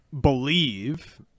believe